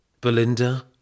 Belinda